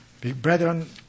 Brethren